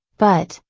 but,